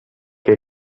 que